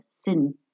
Sin